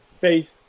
faith